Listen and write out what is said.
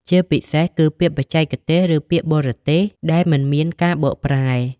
ជាពិសេសគឺពាក្យបច្ចេកទេសឬពាក្យបរទេសដែលមិនមានការបកប្រែ។